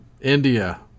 India